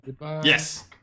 Yes